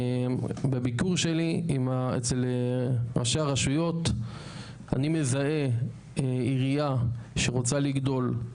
בביקור שלי אצל ראשי הרשויות אני מזהה עירייה שרוצה לגדול,